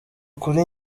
kuri